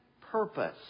purpose